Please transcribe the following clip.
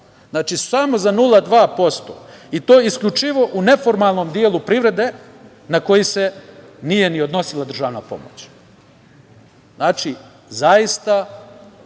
0,2%, samo za 0,2%, i to isključivo u neformalnom delu privrede, na koji se nije ni odnosila državna pomoć. Znači, zaista